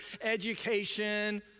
education